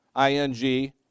ing